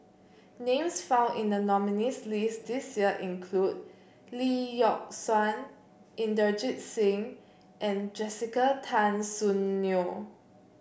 names found in the nominees' list this year include Lee Yock Suan Inderjit Singh and Jessica Tan Soon Neo